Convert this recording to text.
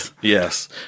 Yes